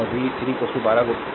और v 3 12 i 3 12 1 12 volt